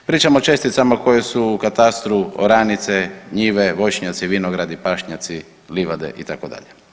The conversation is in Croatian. Pričam o česticama koje su u katastru oranice, njive, voćnjaci, vinogradi, pašnjaci, livade itd.